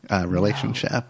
relationship